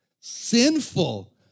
sinful